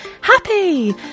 happy